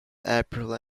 april